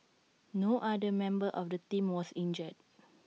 no other member of the team was injured